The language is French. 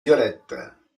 violettes